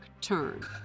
turn